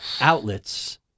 outlets